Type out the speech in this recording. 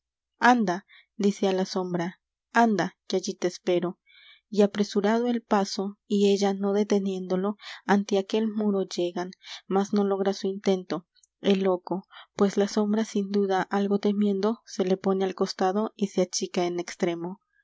m b r a anda que allí te e s t r e l l o y apresurando el paso y ella no deteniéndolo ante aquel muro llegan mas no logra su intento el loco pues la sombra sin duda algo temiendo se le pone al costado y se achica en extremo